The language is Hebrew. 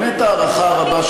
באמת הערכה רבה,